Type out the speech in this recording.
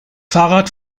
fahrrad